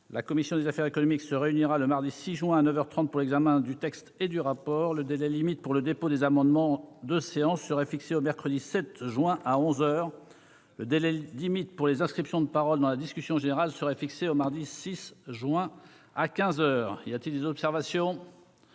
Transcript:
La commission des affaires économiques se réunira le mardi 6 juin, à neuf heures trente, pour l'examen du texte et du rapport. Le délai limite pour le dépôt des amendements de séance serait fixé au mercredi 7 juin, à onze heures, et le délai limite pour les inscriptions de parole dans la discussion générale, au mardi 6 juin, à quinze heures. Y a-t-il des observations ?